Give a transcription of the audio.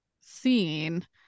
seen